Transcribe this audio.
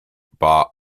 bought